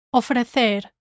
ofrecer